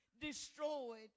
destroyed